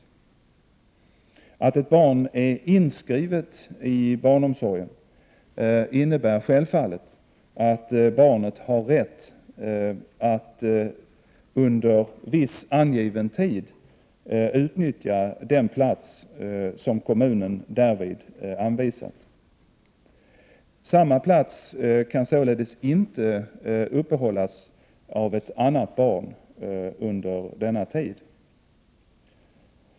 Att ett barn är inskrivet i barnomsorgen innebär självfallet att barnet har rätt att under viss angiven tid utnyttja den plats som kommunen därvid anvisat. Samma plats kan således inte uppehållas av ett annat barn under denna tid.